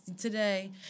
today